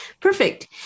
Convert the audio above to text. perfect